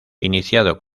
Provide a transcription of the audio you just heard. iniciado